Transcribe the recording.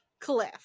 cliff